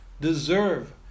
deserve